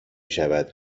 شود